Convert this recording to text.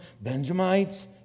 Benjamites